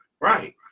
Right